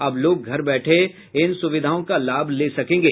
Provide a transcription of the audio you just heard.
अब लोग घर बैठे इस सुविधा का लाभ ले सकेंगे